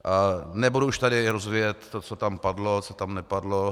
A nebudu tady už rozvíjet to, co tam padlo, co tam nepadlo.